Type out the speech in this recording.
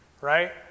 right